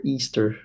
Easter